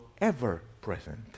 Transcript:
ever-present